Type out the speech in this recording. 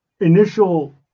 initial